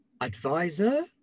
advisor